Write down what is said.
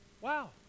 Wow